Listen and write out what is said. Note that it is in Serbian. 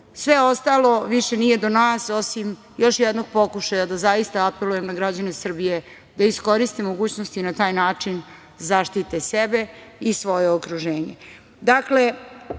to. Sve ostalo više nije do nas, osim još jednog pokušaja da zaista apelujem na građane Srbije da iskoriste mogućnost i na taj način zaštite sebe i svoje okruženje. Moj